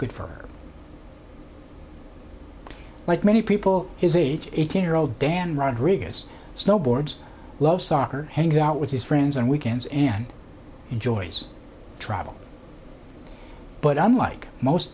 good for like many people his age eighteen year old dan rodriguez snowboards loves soccer hangs out with his friends on weekends and enjoys travel but unlike most